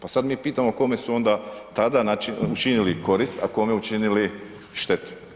Pa sad mi pitamo kome su onda tada znači učinili korist, a kome učinili štetu?